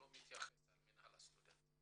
הוא לא מתייחס למינהל הסטודנטים.